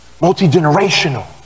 multi-generational